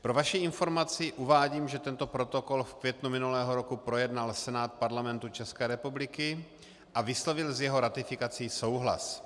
Pro vaši informaci uvádím, že tento protokol v květnu minulého roku projednal Senát Parlamentu České republiky a vyslovil s jeho ratifikací souhlas.